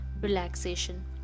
relaxation